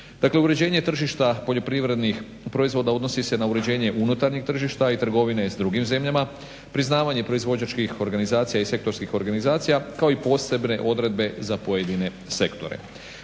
uređenje tržišta poljoprivrednih proizvoda odnosi se na uređenje unutarnjeg tržišta i trgovine s drugim zemljama, priznavanje proizvođačkih organizacija i sektorskih organizacija kao i posebne odredbe za pojedine sektore.